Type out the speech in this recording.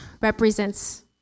represents